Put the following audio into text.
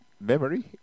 Memory